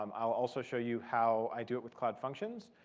um i'll also show you how i do it with cloud functions.